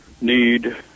need